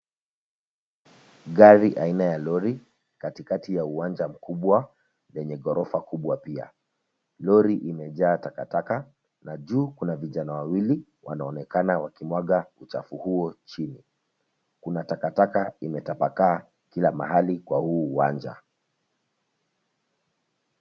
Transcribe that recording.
Gari aina ya lori, katikati ya uwanja mkubwa, lenye ghorofa kubwa pia, lori imejaa takataka, na juu kuna vijana wawili, wanaonekana wakimwaga uchafu huo chini, kuna takataka imetapakaa, kila mahali kwa huu uwanja.